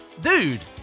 Dude